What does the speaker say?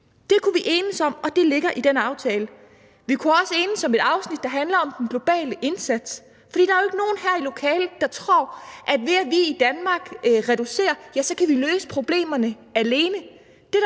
Det kunne vi enes om, og det ligger i den aftale. Vi kunne også enes om et afsnit, der handler om den globale indsats, for der er jo ikke er nogen her i lokalet, der tror, at vi, ved at vi i Danmark reducerer, kan løse problemerne alene.